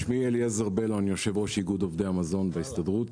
אני יושב-ראש איגוד עובדי המזון בהסתדרות.